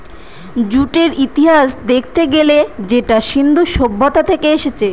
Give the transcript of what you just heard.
জুটের ইতিহাস দেখতে গেলে সেটা সিন্ধু সভ্যতা থেকে এসেছে